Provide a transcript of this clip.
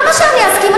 למה שאני אסכים?